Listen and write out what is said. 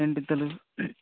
ఎంత ఇస్తారు